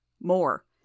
More